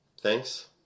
thanks